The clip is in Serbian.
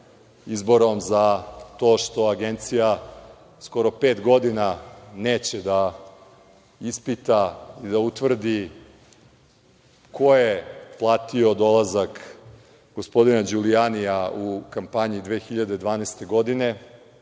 izborom za to što Agencija skoro pet godina neće da ispita i da utvrdi ko je platio dolazak gospodina Đulijanija u kampanji 2012. godine,